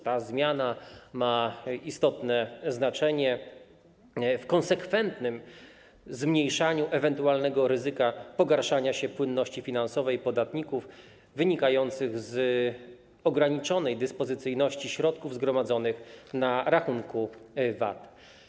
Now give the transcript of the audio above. Ta zmiana ma istotne znaczenie w konsekwentnym zmniejszaniu ewentualnego ryzyka dotyczącego pogarszania się płynności finansowej podatników wynikającego z ograniczonej dyspozycyjności środków zgromadzonych na rachunku VAT.